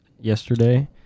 yesterday